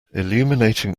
illuminating